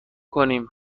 کنیم